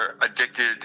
addicted